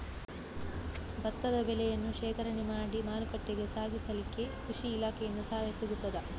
ಭತ್ತದ ಬೆಳೆಯನ್ನು ಶೇಖರಣೆ ಮಾಡಿ ಮಾರುಕಟ್ಟೆಗೆ ಸಾಗಿಸಲಿಕ್ಕೆ ಕೃಷಿ ಇಲಾಖೆಯಿಂದ ಸಹಾಯ ಸಿಗುತ್ತದಾ?